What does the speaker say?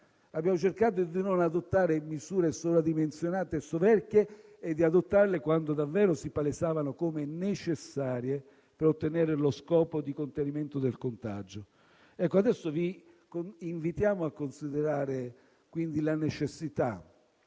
Abbiamo cercato di non adottare misure sovradimensionate e soverchie e di adottarle quando davvero si palesavano come necessarie per ottenere lo scopo di contenimento del contagio. Adesso vi invitiamo a considerare la necessità